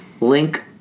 Link